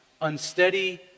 unsteady